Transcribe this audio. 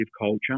culture